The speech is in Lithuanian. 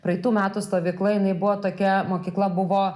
praeitų metų stovykla jinai buvo tokia mokykla buvo